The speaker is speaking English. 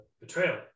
betrayal